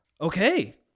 okay